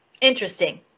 Interesting